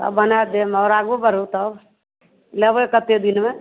तब बनाए देब आओर आगू बढ़ू तब लेबै कतेक दिनमे